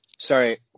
Sorry